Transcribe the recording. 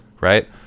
Right